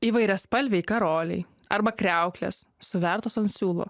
įvairiaspalviai karoliai arba kriauklės suvertos ant siūlo